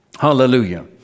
Hallelujah